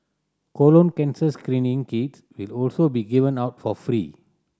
colon cancer screening kits will also be given out for free